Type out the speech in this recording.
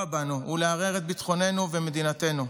בנו ולערער את ביטחוננו ואת מדינתנו.